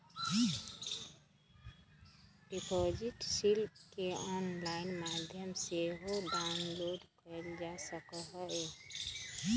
deposit slip केंऑनलाइन माध्यम से सेहो डाउनलोड कएल जा सकइ छइ